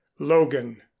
logan